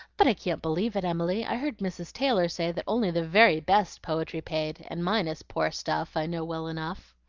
but i can't believe it, emily. i heard mrs. taylor say that only the very best poetry paid, and mine is poor stuff, i know well enough.